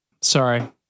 Sorry